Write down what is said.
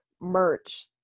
merch